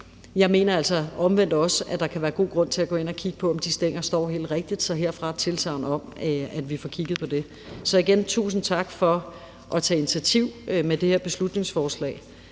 men at jeg altså omvendt også mener, at der kan være god grund til at gå ind og kigge på, om de stænger står helt rigtigt. Så der er herfra et tilsagn om, at vi får kigget på det. Så vil jeg igen sige tusind tak for at tage et initiativ med det her beslutningsforslag.